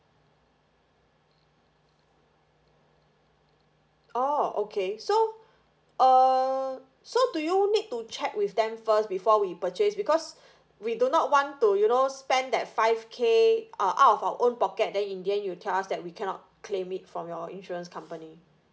oh okay so err so do you need to check with them first before we purchase because we do not want to you know spend that five K uh out of our own pocket then in the end you tell us that we cannot claim it from your insurance company